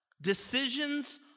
Decisions